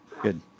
Good